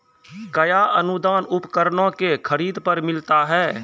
कया अनुदान उपकरणों के खरीद पर मिलता है?